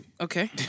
Okay